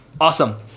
Awesome